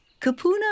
Kapuna